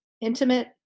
intimate